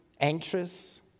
anxious